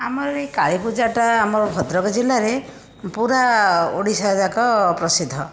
ଆମର ଏହି କାଳୀ ପୂଜାଟା ଆମ ଭଦ୍ରକ ଜିଲ୍ଲାରେ ପୁରା ଓଡ଼ିଶା ଯାକ ପ୍ରସିଦ୍ଧ